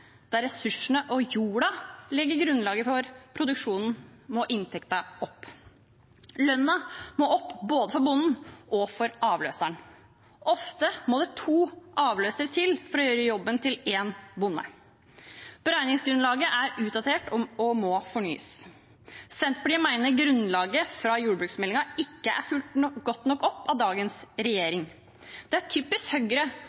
ressursene og jorden legger grunnlaget for produksjonen, må inntekten opp. Lønnen må opp, både for bonden og for avløseren. Ofte må det to avløsere til for å gjøre jobben til én bonde. Beregningsgrunnlaget er utdatert og må fornyes. Senterpartiet mener grunnlaget fra jordbruksmeldingen ikke er fulgt godt nok opp av dagens